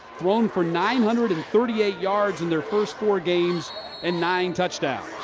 thrown for nine hundred and thirty eight yards in the first four games and nine touchdowns.